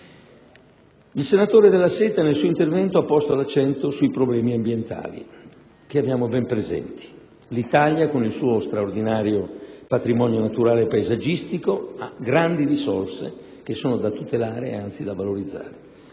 Il senatore Della Seta nel suo intervento ha posto l'accento sui problemi ambientali, che abbiamo ben presenti. L'Italia, con il suo straordinario patrimonio naturale-paesaggistico, ha grandi risorse, che sono da tutelare e anzi da valorizzare,